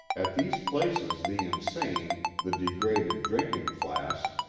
at these places the insane, the degraded drinking class,